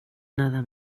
nada